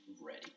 ready